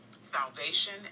salvation